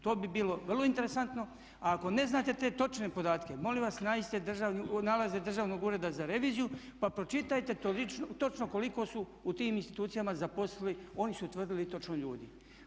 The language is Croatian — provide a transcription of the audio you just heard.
To bi bilo vrlo interesantno, a ako ne znate te točne podatke molim vas nađite nalaze Državnog ureda za reviziju, pa pročitajte to točno koliko su u tim institucijama zaposlili, oni su utvrdili točno ljudi.